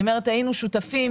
אני אומרת "היינו שותפים",